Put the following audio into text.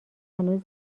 هنوز